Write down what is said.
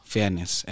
Fairness